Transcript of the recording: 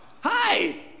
Hi